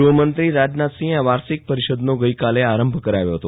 ગહમંત્રી રાજનાથસિહે આ વાર્ષિક પરિષદનો ગઈકાલ આરંભ કરાવ્યો હતો